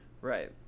right